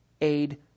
aid